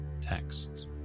texts